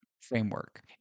framework